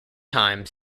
time